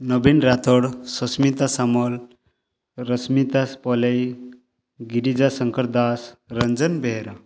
ନବୀନ ରାଥୋଡ୍ ସସ୍ମିତା ସାମଲ ରଶ୍ମିତା ଶ୍ ପଲେଇ ଗିରିଜା ଶଙ୍କର ଦାସ୍ ରଞ୍ଜନ ବେହେରା